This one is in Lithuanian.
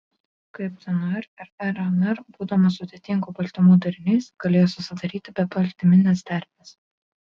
kaip dnr ir rnr būdamos sudėtingų baltymų dariniais galėjo susidaryti be baltyminės terpės